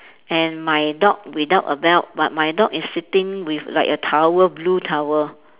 and my dog without a belt but my dog is sitting with like a towel blue towel